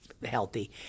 healthy